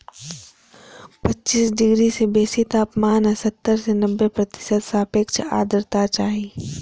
पच्चीस डिग्री सं बेसी तापमान आ सत्तर सं नब्बे प्रतिशत सापेक्ष आर्द्रता चाही